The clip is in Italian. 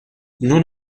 non